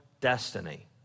destiny